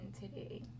today